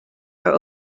are